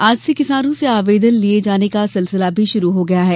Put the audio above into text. आज से किसानों से आवेदन लिये जाने का सिलसिला भी शुरू हो गया है